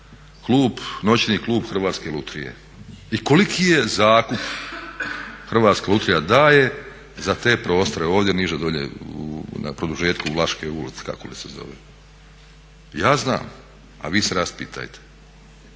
klub, noćni klub Hrvatske lutrije? I koliki zakup Hrvatska lutrija daje za te prostore, ovdje niže dolje u produžetku Vlaške ulice kako li se zove? Ja znam, a vi se raspitajte.